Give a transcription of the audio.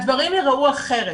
הדברים ייראו אחרת.